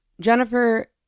Jennifer